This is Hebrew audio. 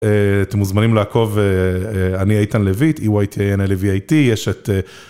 אתם מוזמנים לעקוב, אני איתן לויט, EYTNLVAT, יש את...